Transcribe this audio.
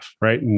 right